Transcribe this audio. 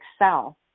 excel